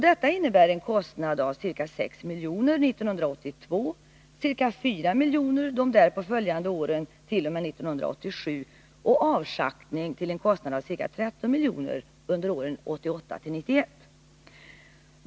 Detta innebär en kostnad av ca 6 milj.kr. 1982, ca 4 milj.kr. de därpå följande åren t.o.m. 1987 och avschaktning till en kostnad av ca 13 milj.kr. under åren 1988-1991.